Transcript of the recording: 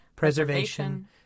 Preservation